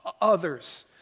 others